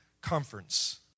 conference